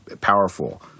powerful